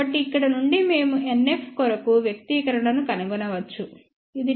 కాబట్టి ఇక్కడ నుండి మేము NF కొరకు వ్యక్తీకరణను కనుగొనవచ్చు ఇది 10NFdB10